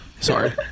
Sorry